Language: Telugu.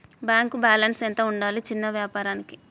బ్యాంకు బాలన్స్ ఎంత ఉండాలి చిన్న వ్యాపారానికి?